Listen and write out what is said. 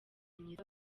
myiza